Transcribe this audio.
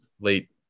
late